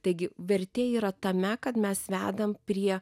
taigi vertė yra tame kad mes vedam prie